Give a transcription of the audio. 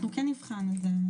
אנחנו כן נבחן את זה.